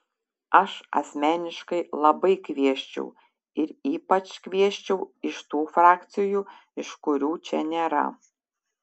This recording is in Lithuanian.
aš asmeniškai labai kviesčiau ir ypač kviesčiau iš tų frakcijų iš kurių čia nėra